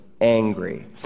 Angry